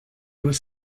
was